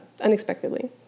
unexpectedly